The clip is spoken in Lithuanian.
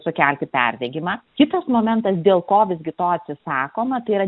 sukelti perdegimą kitas momentas dėl ko visgi to atsisakoma tai yra